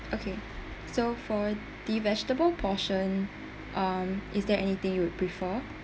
okay so for the vegetable portion um is there anything you would prefer